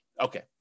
okay